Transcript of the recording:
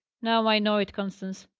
now i know it, constance,